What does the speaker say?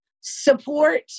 support